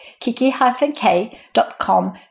kiki-k.com